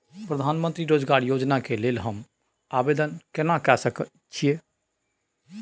प्रधानमंत्री रोजगार योजना के लेल हम आवेदन केना कर सकलियै?